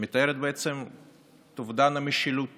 שמתארת בעצם את אובדן המשילות